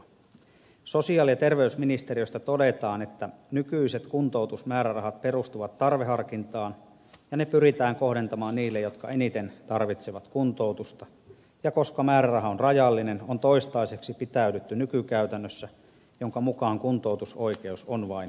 sosiaali ja terveysministeriöstä todetaan että nykyiset kuntoutusmäärärahat perustuvat tarveharkintaan ja ne pyritään kohdentamaan niille jotka eniten tarvitsevat kuntoutusta ja koska määräraha on rajallinen on toistaiseksi pitäydytty nykykäytännössä jonka mukaan kuntoutusoikeus on vain aviopuolisoilla